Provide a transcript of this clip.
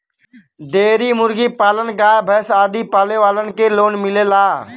dairy मुर्गी पालन गाय भैस आदि पाले वालन के लोन मिलेला